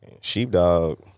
Sheepdog